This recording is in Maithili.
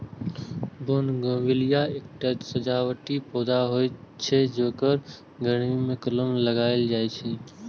बोगनवेलिया एकटा सजावटी पौधा होइ छै, जेकर गर्मी मे कलम लगाएल जाइ छै